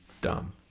dumb